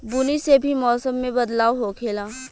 बुनी से भी मौसम मे बदलाव होखेले